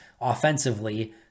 offensively